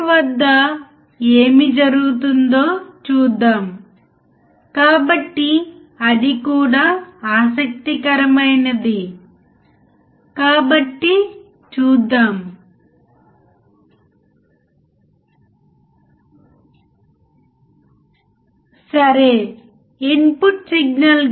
అంటే చిత్రంలో చూపిన విధంగా మీరు ఆపరేషన్ యాంప్లిఫైయర్ను కనెక్ట్ చేయాలి